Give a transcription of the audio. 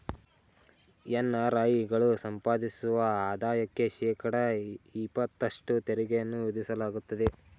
NRI ಗಳು ಸಂಪಾದಿಸುವ ಆದಾಯಕ್ಕೆ ಶೇಕಡ ಇಪತ್ತಷ್ಟು ತೆರಿಗೆಯನ್ನು ವಿಧಿಸಲಾಗುತ್ತದೆ